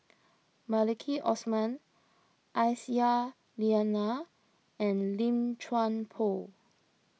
Maliki Osman Aisyah Lyana and Lim Chuan Poh